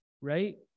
right